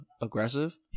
aggressive